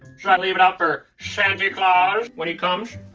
should i leave it out for sant-y clause when he comes?